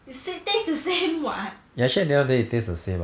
it should tastes the same [what]